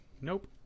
Nope